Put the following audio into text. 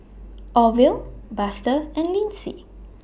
Orvel Buster and Lynsey